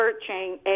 searching